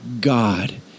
God